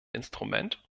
instrument